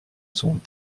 sont